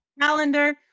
calendar